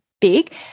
big